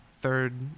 third